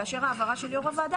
כאשר ההבהרה של יו"ר הוועדה,